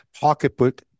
pocketbook